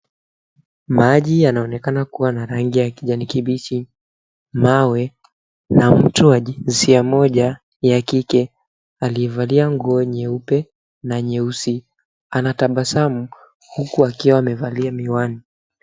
Maji yanaonekana kuwa na rangi ya kijani kibichi. Mawe na mtu wa jinsia moja, ya kike, aliyevalia nguo nyeupe na nyeusi anatabasamu huku akiwa amevalia miwani.